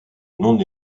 non